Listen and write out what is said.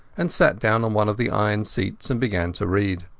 and sat down on one of the iron seats and began to read.